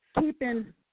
keeping